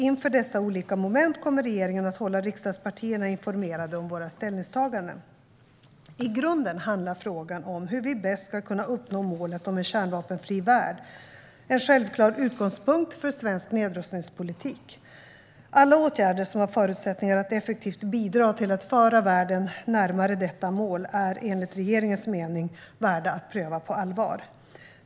Inför dessa olika moment kommer regeringen att hålla riksdagspartierna informerade om våra ställningstaganden. I grunden handlar frågan om hur vi bäst ska kunna uppnå målet om en kärnvapenfri värld - en självklar utgångspunkt för svensk nedrustningspolitik. Alla åtgärder som har förutsättningar att effektivt bidra till att föra världen närmare detta mål är, enligt regeringens mening, värda att pröva på allvar.